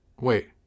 Wait